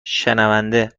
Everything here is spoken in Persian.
شنونده